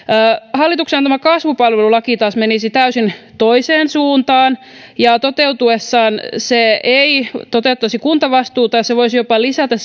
hallituksen antama kasvupalvelulaki taas menisi täysin toiseen suuntaan ja toteutuessaan se ei toteuttaisi kuntavastuuta se voisi jopa lisätä